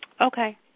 Okay